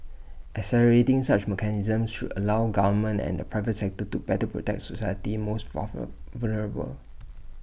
accelerating such mechanisms should allow governments and the private sector to better protect society's most vulnerable